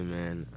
man